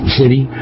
city